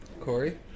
Corey